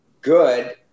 good